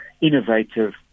innovative